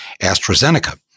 AstraZeneca